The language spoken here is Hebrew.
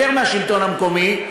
יותר מהשלטון המקומי,